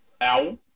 ow